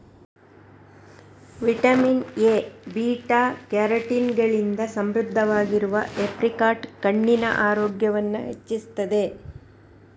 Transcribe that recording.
vitamin A, beta carotene ಗಳಿಂದ ಸಮೃದ್ಧವಾಗಿರುವ apricot ಕಣ್ಣಿನ ಆರೋಗ್ಯವನ್ನ ಹೆಚ್ಚಿಸ್ತದೆ